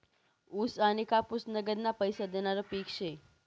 ऊस आनी कापूस नगदना पैसा देनारं पिक शे